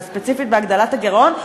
וספציפית בהגדלת הגירעון?